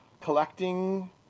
collecting